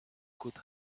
could